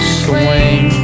swing